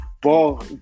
ball